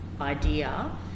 idea